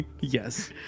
Yes